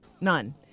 none